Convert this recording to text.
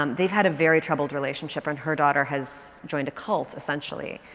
um they've had a very troubled relationship and her daughter has joined a cult essentially.